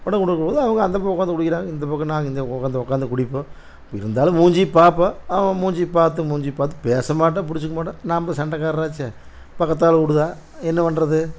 அப்படி கொண்டு வந்து கொடுக்கும் போது அவங்க அந்த பக்கம் உக்காந்து குடிக்கிறாங்க இந்த பக்கம் நாங்கள் இந்த பக்கம் உக்காந்து உக்காந்து குடிப்போம் இருந்தாலும் மூஞ்சியை பார்ப்போம் அவங்க மூஞ்சி பார்த்து மூஞ்சி பார்த்து பேச மாட்டோம் பிடிச்சிக்க மாட்டோம் நாம்ப சண்ட காரர் ஆச்சே பக்கத்தால் வீடுதான் என்ன பண்ணுறது